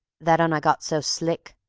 that un i got so slick.